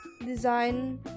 design